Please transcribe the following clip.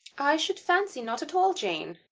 i should fancy not at all, jane.